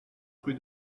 rue